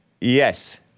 Yes